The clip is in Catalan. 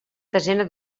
desena